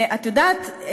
את יודעת,